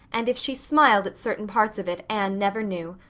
and if she smiled at certain parts of it anne never knew.